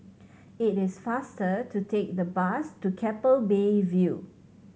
it is faster to take the bus to Keppel Bay View